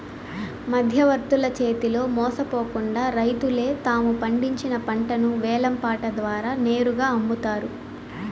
మధ్యవర్తుల చేతిలో మోసపోకుండా రైతులే తాము పండించిన పంటను వేలం పాట ద్వారా నేరుగా అమ్ముతారు